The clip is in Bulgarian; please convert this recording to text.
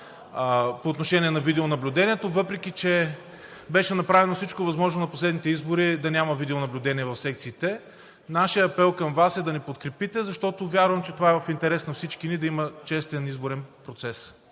по отношение на видеонаблюдението, въпреки че беше направено всичко възможно на последните избори да няма видеонаблюдение в секциите. Нашият апел към Вас е да ни подкрепите, защото вярвам, че е в интерес на всички ни да има честен изборен процес.